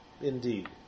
Indeed